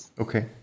Okay